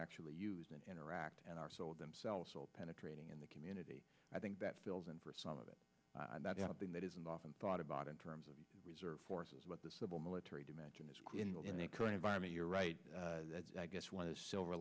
actually use and interact and are sold themselves so penetrating in the community i think that fills in for some of it i doubt thing that isn't often thought about in terms of reserve forces about the civil military dimension is in the current environment you're right that i guess one of the silver